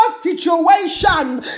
situation